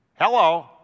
Hello